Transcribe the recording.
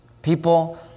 People